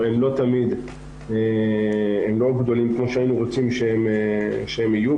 הם לא גדולים כמו שהיינו רוצים שהם יהיו,